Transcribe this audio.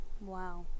Wow